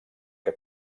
que